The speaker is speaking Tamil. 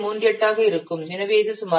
38 ஆக இருக்கும் எனவே இது சுமார் 10